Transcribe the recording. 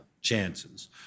chances